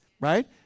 right